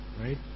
right